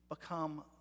become